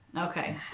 Okay